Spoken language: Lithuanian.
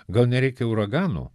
gal nereikia uraganų